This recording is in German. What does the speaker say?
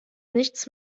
nichts